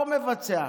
לא מבצע.